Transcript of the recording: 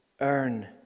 earn